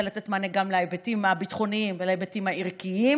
לתת מענה גם להיבטים הביטחוניים ולהיבטים הערכיים,